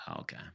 Okay